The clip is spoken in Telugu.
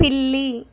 పిల్లి